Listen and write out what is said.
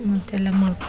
ಮತ್ತೆಲ್ಲ ಮಾಡಿ